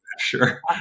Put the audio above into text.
sure